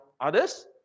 others